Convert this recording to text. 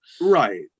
Right